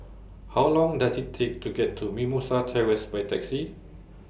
How Long Does IT Take to get to Mimosa Terrace By Taxi